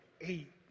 Eight